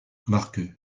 marc